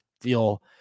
feel